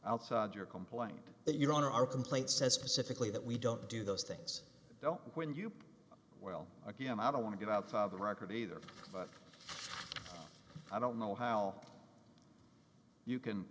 outside your complaint that your honor our complaint says specifically that we don't do those things don't when you well again i don't want to get out of the record either but i don't know how you can